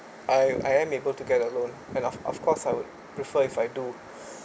I am I am able to get a loan and of of course I would prefer if I do